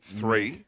three